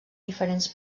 diferents